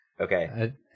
Okay